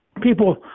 people